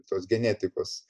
tos genetikos